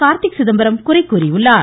கார்த்தி சிதம்பரம் குறை கூறியுள்ளார்